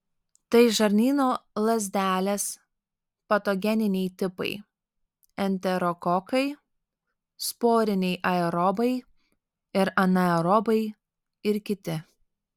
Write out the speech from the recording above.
tai žarnyno lazdelės patogeniniai tipai enterokokai sporiniai aerobai ir anaerobai ir kiti